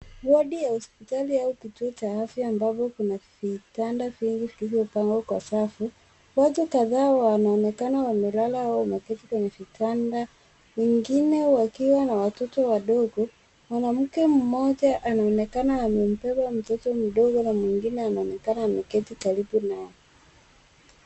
Wodi ya hospitali au kituo cha afya, ambapo kuna vitanda vingi vilivyopangwa kwa safu. Watu kadhaa wanaonekana wamelala au wameketi kwenye vitanda, wengine wakiwa na watoto wadogo. Mwanamke mmoja anaonekana amembeba mtoto mdogo na mwingine anaonekana ameketi karibu naye.